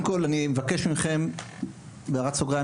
אני קודם כל מבקש מכם בהערת סוגריים